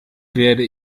werde